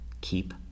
keep